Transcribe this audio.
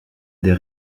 des